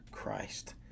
Christ